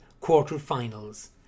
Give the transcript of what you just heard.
quarter-finals